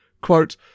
quote